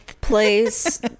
place